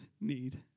need